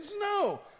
No